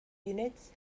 units